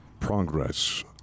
Progress